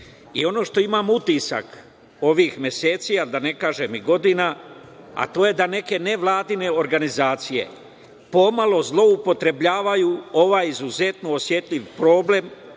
ne. Ono što imam utisak ovih meseci, a da ne kažem i godina, to je da neke nevladine organizacije pomalo zloupotrebljavaju ovaj izuzetno osetljiv problem,